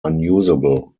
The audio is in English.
unusable